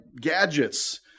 gadgets